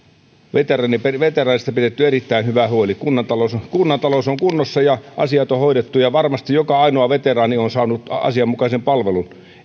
veteraaneista pidetty erittäin hyvä huoli kunnan talous on kunnossa ja asiat on hoidettu ja varmasti joka ainoa veteraani on saanut asianmukaisen palvelun